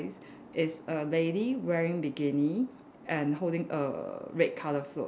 is a lady wearing bikini and holding a red colour float